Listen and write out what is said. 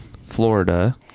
Florida